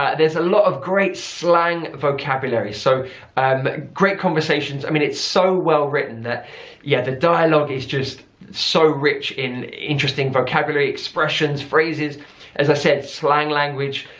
there's a lot of great slang vocabulary. so um great conversations, i mean it's so well written that yeah the dialogue is just so rich in interesting vocabulary, expressions, phrases as i said slang language.